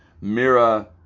Mira